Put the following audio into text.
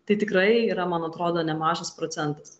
tai tikrai yra man atrodo nemažas procentas